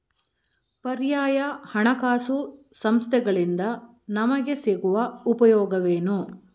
ಪರ್ಯಾಯ ಹಣಕಾಸು ಸಂಸ್ಥೆಗಳಿಂದ ನಮಗೆ ಸಿಗುವ ಉಪಯೋಗವೇನು?